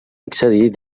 accedir